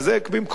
במקום זה,